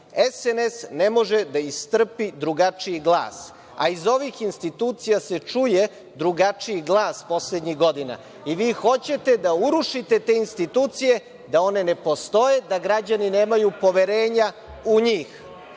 ne može da istrpi drugačiji glas, a iz ovih institucija se čuje drugačiji glas poslednjih godina. Vi hoćete da urušite te institucije, da one ne postoje, da građani nemaju poverenja u njih.